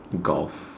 golf